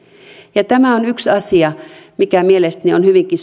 ja tämä on yksi asia mikä mielestäni on hyvinkin